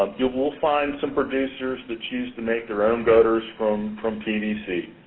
um you will find some producers that choose to make their own gutters from from pvc.